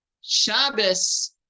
Shabbos